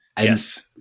Yes